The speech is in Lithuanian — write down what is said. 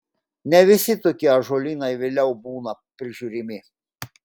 ne visi tokie ąžuolynai vėliau būna prižiūrimi